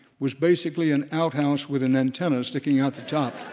was basically an outhouse with an antenna sticking out the top,